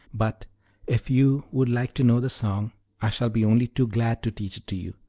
but if you would like to know the song i shall be only too glad to teach it to you.